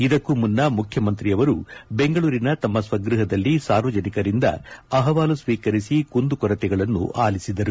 ಇದಕ್ಕೂ ಮುನ್ನ ಮುಖ್ಯಮಂತ್ರಿಯವರು ಬೆಂಗಳೂರಿನ ತಮ್ಮ ಸ್ವಗ್ನಹದಲ್ಲಿ ಸಾರ್ವಜನಿಕರಿಂದ ಅಹವಾಲು ಸ್ವೀಕರಿಸಿ ಕುಂದುಕೊರತೆಗಳನ್ನು ಅಲಿಸಿದರು